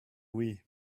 wii